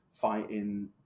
fighting